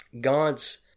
God's